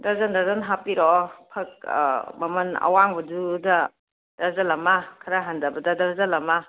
dozen ꯗꯔꯖꯟ ꯍꯥꯞꯄꯤꯔꯛꯑꯣ ꯐꯛ ꯃꯃꯜ ꯑꯋꯥꯡꯕꯗꯨꯗ ꯗꯔꯖꯜ ꯑꯃ ꯈꯔ ꯍꯟꯊꯕꯗ ꯗꯔꯖꯜ ꯑꯃ